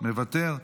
מוותר,